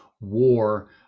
war